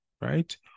right